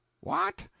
What